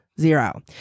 Zero